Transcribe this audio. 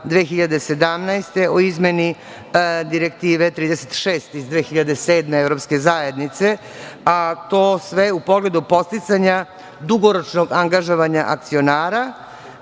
godine o izmeni Direktive 36 iz 2007. Evropske zajednice. To sve u pogledu podsticanja dugoročnog angažovanja akcionara,